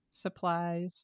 supplies